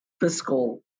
fiscal